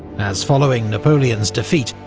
as, following napoleon's defeat,